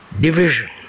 division